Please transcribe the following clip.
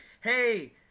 hey